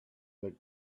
that